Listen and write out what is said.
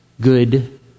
good